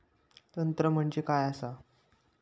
तंत्र म्हणजे काय असा?